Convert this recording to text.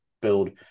build